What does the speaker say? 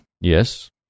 Yes